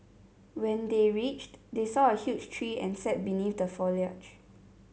when they reached they saw a huge tree and sat beneath the foliage